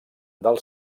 del